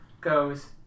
goes